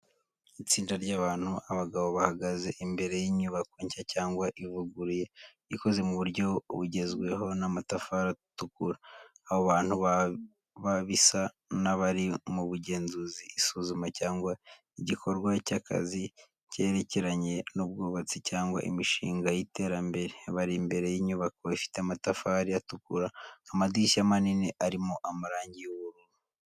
Itsinda ry’abantu abagabo bahagaze imbere y'inyubako nshya cyangwa ivuguruye ikoze mu buryo bugezweho n'amatafari atukura. Abo bantu baba bisa n’abari mu bugenzuzi isuzuma cyangwa igikorwa cy’akazi cyerekeranye n’ubwubatsi cyangwa imishinga y’iterambere. Bari imbere y’inyubako ifite amatafari atukura amadirishya manini arimo amarangi y'ubururu.